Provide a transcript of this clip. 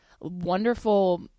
wonderful